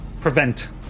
prevent